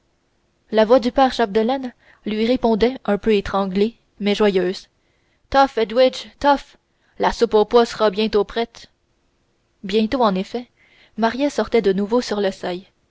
la voix du père chapdelaine lui répondait un peu étranglée mais joyeuse toffe edwige toffe la soupe aux pois sera bientôt prête bientôt en effet maria sortait de nouveau sur le seuil